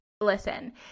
listen